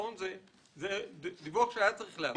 זה דיווח שהיה צריך להיעשות.